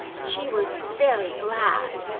she was very glad,